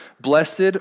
Blessed